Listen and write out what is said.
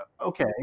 okay